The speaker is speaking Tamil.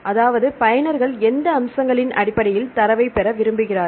அதாவது பயனர்கள் எந்த அம்சங்களின் அடிப்படையில் தரவை பெற விரும்புகிறார்கள்